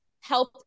help